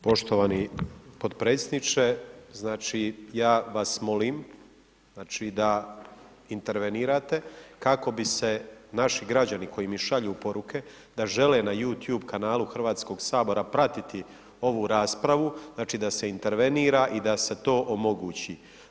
Poštovani potpredsjedniče, znači, ja vas molim, znači da intervenirate kako bi se naši građani, koji mi šalju poruke, da žele na YouTube kanalu Hrvatskog sabora pratiti ovu raspravu, znači da se intervenira i da se to omogući.